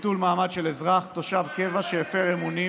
לביטול מעמד של אזרח תושב קבע שיפר אמונים